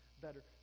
better